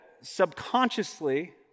subconsciously